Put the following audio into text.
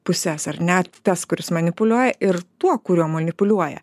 puses ar ne tas kuris manipuliuoja ir tuo kuriuo manipuliuoja